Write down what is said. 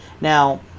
Now